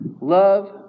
Love